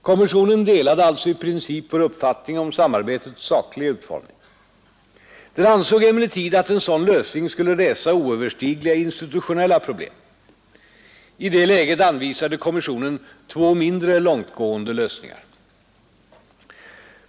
Kommissionen delade alltså i princip vår uppfattning om samarbetets sakliga utformning. Den ansåg emellertid att en sådan lösning skulle resa oöverstigliga institutionella problem. I det läget anvisade kommissionen två mindre långtgående lösningar.